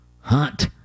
hunt